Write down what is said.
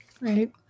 Right